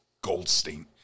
Goldstein